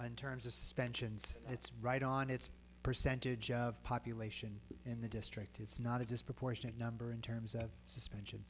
suspensions it's right on its percentage of population in the district it's not a disproportionate number in terms of suspension